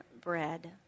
bread